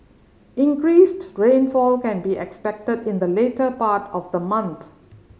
increased rainfall can be expected in the later part of the month